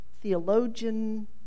theologian